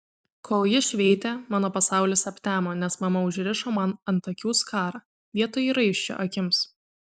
kol ji šveitė mano pasaulis aptemo nes mama užrišo man ant akių skarą vietoj raiščio akims